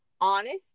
honest